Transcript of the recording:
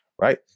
right